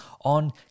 on